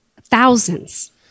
thousands